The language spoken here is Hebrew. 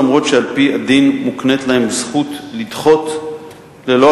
אף שעל-פי הדין מוקנית להם זכות לדחות ללא